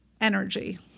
energy